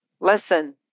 listen